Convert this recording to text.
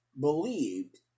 believed